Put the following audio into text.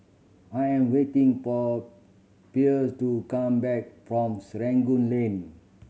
I'm waiting for Pearle to come back from Serangoon Link